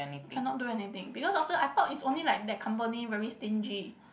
cannot do anything because after I thought is only like that company very stingy